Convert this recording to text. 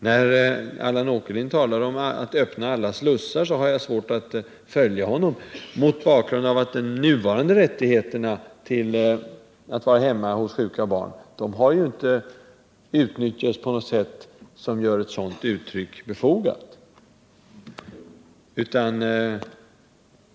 Jag har svårt att följa Allan Åkerlinds tal om att man här öppnar alla slussar; de nuvarande rättigheterna när det gäller att vara hemma hos sjuka barn har inte utnyttjats på ett sådant sätt att det gör Allan Åkerlinds uttalande befogat.